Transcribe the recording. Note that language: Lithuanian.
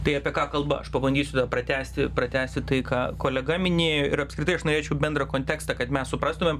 tai apie ką kalba aš pabandysiu dar pratęsti pratęsti tai ką kolega minėjo ir apskritai aš norėčiau bendrą kontekstą kad mes suprastumėm